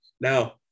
Now